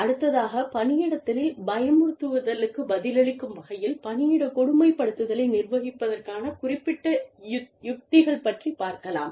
அடுத்ததாக பணியிடத்தில் பயமுறுத்துதலுக்குப் பதிலளிக்கும் வகையில் பணியிட கொடுமைப்படுத்துதலை நிர்வகிப்பதற்கான குறிப்பிட்ட உத்திகள் பற்றிப் பார்க்கலாம்